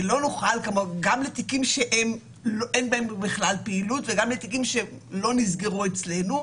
גם לתיקים שאין בהם בכלל פעילות וגם בתיקים שלא נסגרו אצלנו,